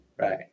Right